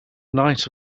night